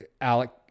Alec